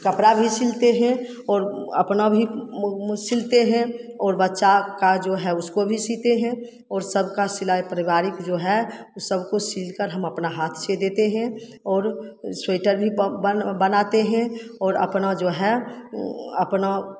कपड़ा भी सिलते हैं और अपना भी सिलते हैं और बच्चा का जो है सिलते हैं और सबका सिलाई पारिवारिक जो है वो सब कुछ सिलकर हम अपना हाथ से देते हैं और स्वेटर भी बन बनाते हैं और अपना जो है अपना